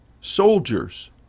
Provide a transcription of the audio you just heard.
soldiers